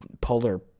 polar